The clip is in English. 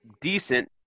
decent